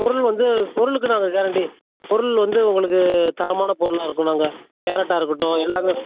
பொருள் வந்து பொருளுக்கு நாங்கள் கேரண்டி பொருள் வந்து உங்களுக்கு தரமான பொருளாக இருக்கும் நாங்கள் கேரட்டாக இருக்கட்டும் எல்லாமே